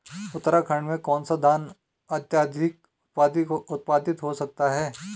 उत्तराखंड में कौन सा धान अत्याधिक उत्पादित हो सकता है?